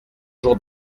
jours